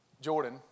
Jordan